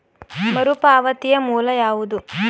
ಮರುಪಾವತಿಯ ಮೂಲ ಯಾವುದು?